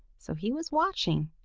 so he was watching,